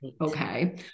Okay